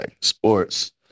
sports